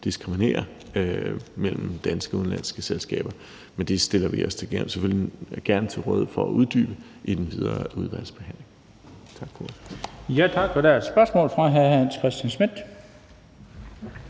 diskriminere mellem danske og udenlandske selskaber. Men det stiller vi os selvfølgelig gerne til rådighed for at uddybe i den videre udvalgsbehandling. Tak for ordet. Kl. 15:51 Den fg. formand (Bent